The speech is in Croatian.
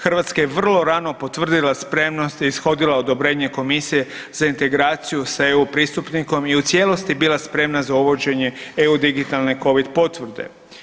Hrvatska je vrlo rano potvrdila spremnost i ishodila odobrenje Komisije za integraciju sa EU pristupnikom i u cijelosti je bila spremna za uvođenje EU digitalne COVID potvrde.